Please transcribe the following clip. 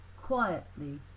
quietly